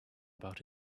about